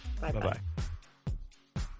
Bye-bye